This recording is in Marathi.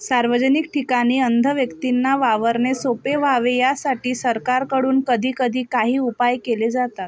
सार्वजनिक ठिकाणी अंध व्यक्तींना वावरणे सोपे व्हावे यासाठी सरकारकडून कधीकधी काही उपाय केले जातात